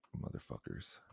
motherfuckers